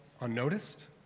unnoticed